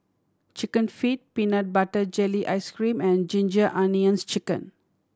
Chicken Feet peanut butter jelly ice cream and Ginger Onions Chicken